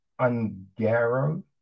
Ungaro